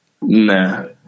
Nah